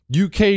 UK